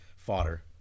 Fodder